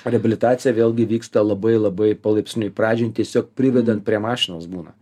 reabilitacija vėlgi vyksta labai labai palaipsniui pradžioj tiesiog privedant prie mašinos būna